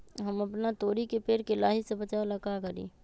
हम अपना तोरी के पेड़ के लाही से बचाव ला का करी?